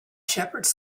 shepherds